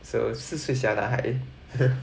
so 四岁小男孩